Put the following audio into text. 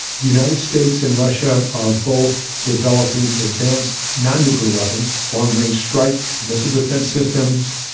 the united states and russia are both developing advanced, non-nuclear weapons long range strike missile defense systems,